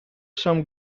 some